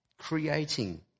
creating